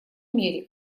мере